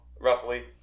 roughly